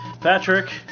Patrick